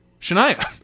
Shania